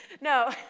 No